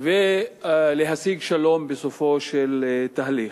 ולהשיג שלום בסופו של תהליך.